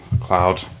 Cloud